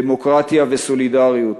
הדמוקרטיה והסולידריות.